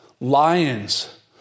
lions